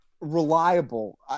reliable